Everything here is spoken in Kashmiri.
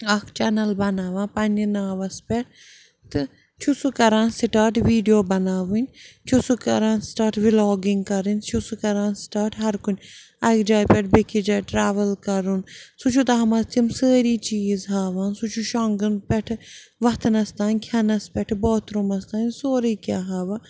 اَکھ چَنَل بناوان پنٛنہِ ناوَس پٮ۪ٹھ تہٕ چھُ سُہ کَران سِٹاٹ ویٖڈیو بناوٕنۍ چھُ سُہ کَران سِٹاٹ وِلاگِنٛگ کَرٕنۍ چھُ سُہ کَران سِٹاٹ ہر کُنہِ اَکہِ جایہِ پٮ۪ٹھ بیٚکِس جایہِ ٹرٛاوٕل کَرُن سُہ چھُ تَتھ منٛز تِم سٲری چیٖز ہاوان سُہ چھُ شۄنٛگُن پٮ۪ٹھٕ وَتھنَس تام کھٮ۪نَس پٮ۪ٹھٕ باتھ روٗمَس تام سورُے کیٚنٛہہ ہاوان